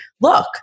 look